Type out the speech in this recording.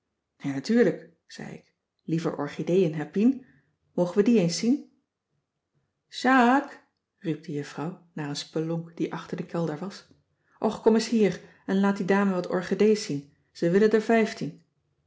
ja natuurlijk zei ik liever orchideeën hè pien mogen we die eens zien sjaààk riep de juffrouw naar een spelonk die achter den kelder was och kom és hier en laat de dames wat orchedees zien ze wille